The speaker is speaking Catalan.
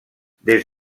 des